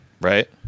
Right